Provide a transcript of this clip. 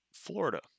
Florida